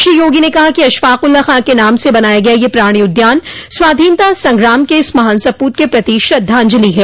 श्री योगी ने कहा कि अशफ़ाकउल्ला खॉ के नाम से बनाया गया यह प्राणि उद्यान स्वाधीनता संग्राम के इस महान सपूत के प्रति श्रद्धांजलि है